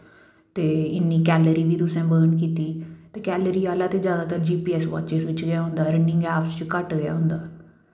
ते इन्नी कैल्लरी बी तुसें वर्न कीती ते कैल्लरी आह्ला ते जादातर जी पी ऐस बाचिस बिच्च गै होंदा रनिंगस ऐप च घट्ट गै होंदा